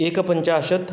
एकपञ्चाशत्